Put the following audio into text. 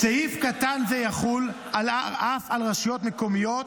סעיף קטן זה יחול אף על רשויות מקומיות